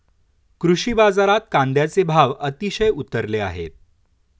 कृषी बाजारात कांद्याचे भाव अतिशय उतरले आहेत